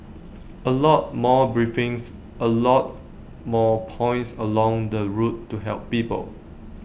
A lot more briefings A lot more points along the route to help people